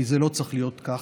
כי זה לא צריך להיות כך.